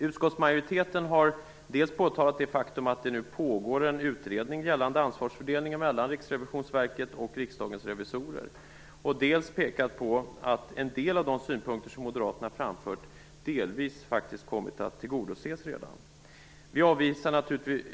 Utskottsmajoriteten har dels pekat på det faktum att det nu pågår en utredning gällande ansvarsfördelningen mellan Riksrevisionsverket och Riksdagens revisorer, dels pekat på att en del av de synpunkter som moderaterna framfört delvis redan har tillgodosetts.